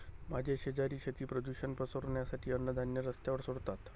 माझे शेजारी शेती प्रदूषण पसरवण्यासाठी अन्नधान्य रस्त्यावर सोडतात